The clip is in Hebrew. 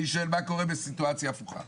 אני שואל מה קורה בסיטואציה הפוכה?